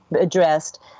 addressed